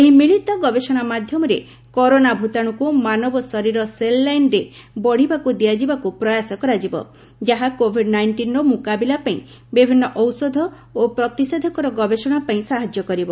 ଏହି ମିଳିତ ଗବେଷଣା ମାଧ୍ୟମରେ କରୋନା ଭ୍ତତାଣୁକୁ ମାନବ ଶରୀର ସେଲ୍ ଲାଇନ୍ରେ ବଢ଼ିବାକୁ ଦିଆଯିବାକୁ ପ୍ରୟାସ କରାଯିବ ଯାହା କୋଭିଡ୍ ନାଇଷ୍ଟିନ୍ର ମୁକାବିଲା ପାଇଁ ବିଭିନ୍ନ ଔଷଧ ଓ ପ୍ରତିଷେଧକର ଗବେଷଣା ପାଇଁ ସାହାଯ୍ୟ କରିବ